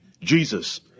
Jesus